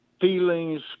feelings